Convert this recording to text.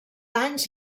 anys